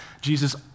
Jesus